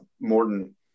morton